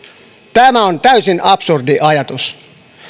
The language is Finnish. tämä on täysin absurdi ajatus